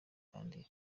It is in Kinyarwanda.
kandi